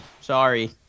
Sorry